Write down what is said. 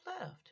left